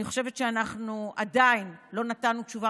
אני חושבת שאנחנו עדיין לא נתנו תשובה